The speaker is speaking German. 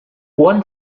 ohren